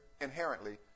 inherently